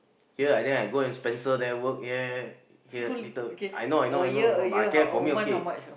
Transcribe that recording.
here I there I go and Spencer there work ya ya ya here little I know I know I know but I care for me okay